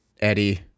Eddie